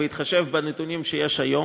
בהתחשב בנתונים שיש היום,